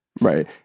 right